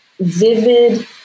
vivid